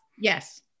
Yes